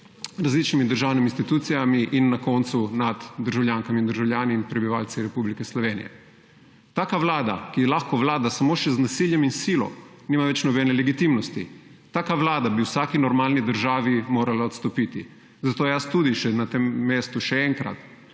različnimi državnimi institucijami in na koncu nad državljankami in državljani in prebivalci Republike Slovenije. Takšna vlada, ki lahko vlada samo še z nasiljem in silo, nima več nobene legitimnosti. Taka vlada bi v vsaki normalni državi morala odstopiti. Zato jaz tudi na tem mestu še enkrat